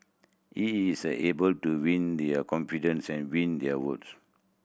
he is able to win their confidence and win their votes